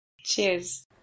Cheers